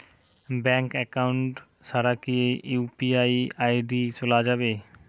Bank account ছাড়া কি UPI ID চোলা যাবে?